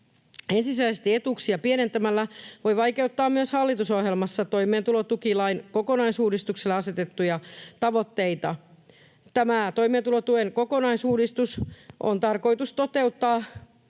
ensisijaisia etuuksia pienentämällä voi vaikeuttaa myös hallitusohjelmassa toimeentulotukilain kokonaisuudistukselle asetettuja tavoitteita. Tämä toimeentulotuen kokonaisuudistus on tarkoitus toteuttaa